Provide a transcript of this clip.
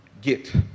get